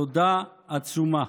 תודה עצומה.